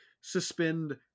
suspend